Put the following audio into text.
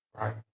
right